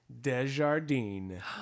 Desjardins